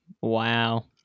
Wow